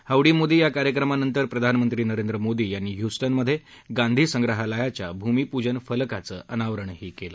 हाऊडी मोदी या कार्यक्रमानंतर प्रधानमंत्री नरेंद्र मोदी यांनी ह्युस्टन मध्ये गांधी संग्रहालयाच्या भूमिपूजन फलकाचं अनावरण केलं